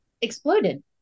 exploded